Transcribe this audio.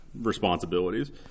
responsibilities